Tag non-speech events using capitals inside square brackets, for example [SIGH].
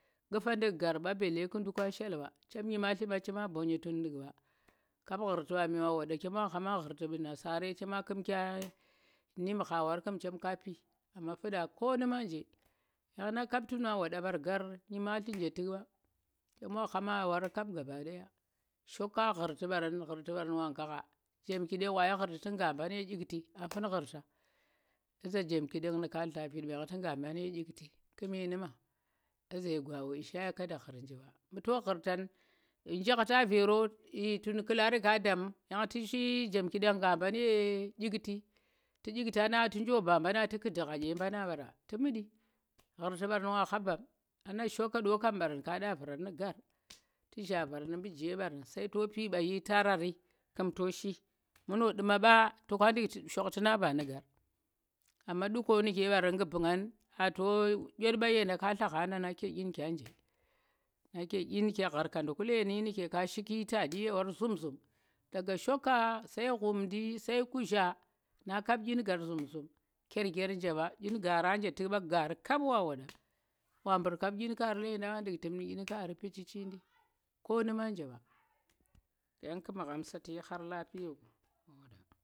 ƙufa nɗuuk garba bele ku shelba mba cem nyimatli mba chema bonye tun ntu̱k ɓa kap hurti ɓami wa wanda wa hama hurti mbu nasa re cemka ƙumka nem wa war kum cem pi amm fuda konumma nje yanna kap tun wa waɗa ɓar gar nyimatli nje tu̱kɓa cemwa hamawar kap za gabadaya shoka hurti mbaran nu hurti ɓaran wa gagja. Jemkiƙek wayi hurti tu̱ ja mɓan ye ikti a fun hurta. Jemkiɗek nu̱ka dla vit ɓa van tu̱ga mban ye ikti kume nu̱ma [UNINTELLIGIBLE] mbu to hurtan ncheta vero tun ƙulari ka damu? yan tu̱ ci jemkiɗek ga mban ya ikti, tu̱ ikti a tu̱ nchoba mbana tu̱ ƙudi ghaike mbana ɓara tu̱ muti. Ghurti ɓarana waha bam tona shoka do ɓaran ka ɗavaran nu̱ gar tu̱ gha varan nu̱ mbu ghe ɓaram sai to pi bai ta rari kum to shi mbu ɗumaɓa toka nduk shoktina banu̱ gar amma duko nege ɓaran nkubannan a to ikot ɓai yaƙan ka lahgha nake inu̱ke nje nake inuka nu̱kashiki tadyi ye war zum zum daga shoka sai ghumɗi sai kugzha na kap ingar zum zum kelgir njeɓa in gara nje tuk ɓa kap wa waɗa waɓur kap in kari ledan a nduk tum nu in khari picici nɗi kunuma njeɓa yan tu̱ magham sa tu̱yi har lafiyeku.